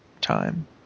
Time